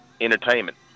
entertainment